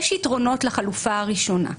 יש יתרונות לחלופה הראשונה.